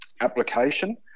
application